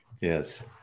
Yes